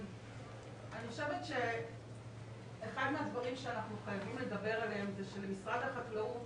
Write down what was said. אני חושבת שאחד מהדברים שאנחנו חייבים לדבר עליהם זה שלמשרד החקלאות